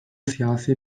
siyasi